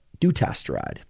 dutasteride